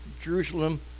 Jerusalem